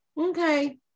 Okay